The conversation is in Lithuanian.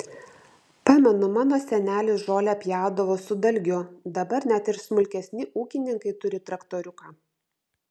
pamenu mano senelis žolę pjaudavo su dalgiu dabar net ir smulkesni ūkininkai turi traktoriuką